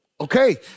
Okay